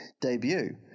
debut